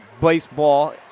baseball